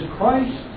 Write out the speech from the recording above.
Christ